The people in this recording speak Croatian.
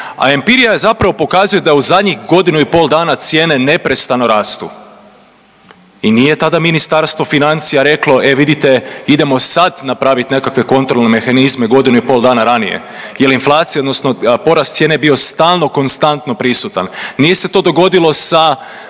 empirija zapravo pokazuje da u zadnjih godinu i pol dana cijene neprestano rastu. I nije tada Ministarstvo financija reklo e vidite idemo sad napravit nekakve kontrolne mehanizme godinu i pol dana ranije jer inflacija odnosno porast cijene je bio stalno konstantno prisutan. Nije se to dogodilo sa